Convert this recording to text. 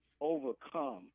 overcome